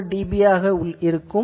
45 dB